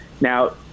Now